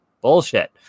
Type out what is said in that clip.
bullshit